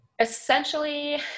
Essentially